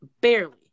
barely